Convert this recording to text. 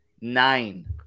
nine